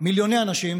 מיליוני אנשים